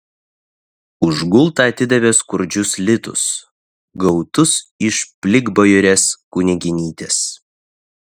už gultą atidavė skurdžius litus gautus iš plikbajorės kunigėnytės